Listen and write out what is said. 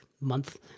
month